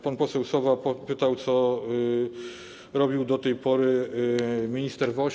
Pan poseł Sowa pytał, co robił do tej pory minister Woś.